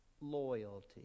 Loyalty